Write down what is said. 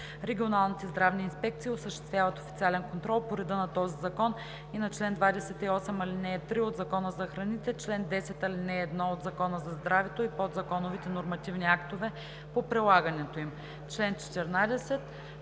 Регионалните здравни инспекции осъществяват официален контрол по реда на този закон и на чл. 28, ал. 3 от Закона за храните, чл. 10, ал. 1 от Закона за здравето и подзаконовите нормативни актове по прилагането им.“